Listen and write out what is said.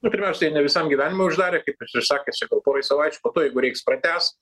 nu pirmiausia jie ne visam gyvenimui uždarė kaip jūs ir sakėt čia gal porai savaičių po to jeigu reiks pratęs